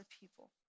people